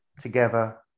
together